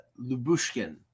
Lubushkin